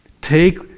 take